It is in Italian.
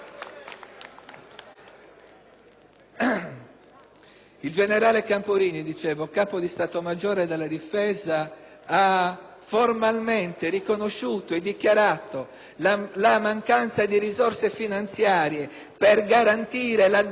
il generale Camporini, capo di Stato maggiore della Difesa, ha formalmente riconosciuto e dichiarato la mancanza di risorse finanziarie per garantire l'addestramento di queste persone;